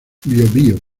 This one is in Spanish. biobío